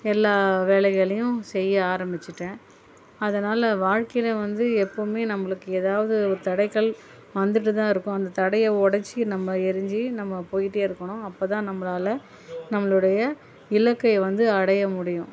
எல்லா வேலைகளையும் செய்ய ஆரம்மிச்சிட்டேன் அதனால் வாழ்கையில வந்து எப்பவுமே நம்மளுக்கு ஏதாவது ஒரு தடைகள் வந்துட்டு தான் இருக்கும் அந்த தடைய உடைச்சி நம்ம எரிஞ்சி நம்ம போயிட்டே இருக்கணும் அப்போ தான் நம்மளால நம்மளுடைய இலக்கை வந்து அடைய முடியும்